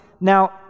now